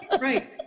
right